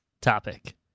topic